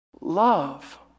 love